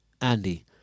Andy